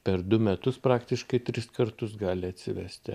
per du metus praktiškai tris kartus gali atsivesti